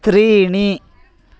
त्रीणि